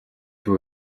буй